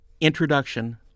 introduction